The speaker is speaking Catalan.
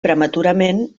prematurament